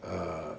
err